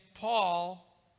Paul